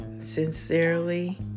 Sincerely